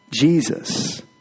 Jesus